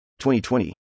2020